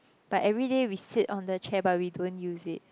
but everyday we sit on the chair but we don't use it